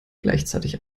gleichzeitig